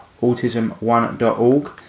AutismOne.org